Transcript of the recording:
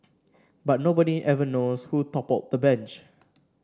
but nobody ever knows who toppled the bench